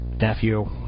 nephew